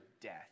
death